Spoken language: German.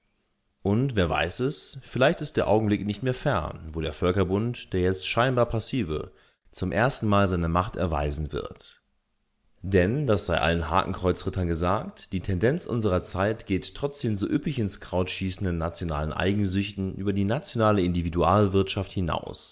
und wer weiß es vielleicht ist der augenblick nicht mehr fern wo der völkerbund der jetzt scheinbar passive zum ersten male seine macht erweisen wird denn das sei allen hakenkreuzrittern gesagt die tendenz unserer zeit geht trotz den so üppig ins kraut schießenden nationalen eigensüchten über die nationale individualwirtschaft hinaus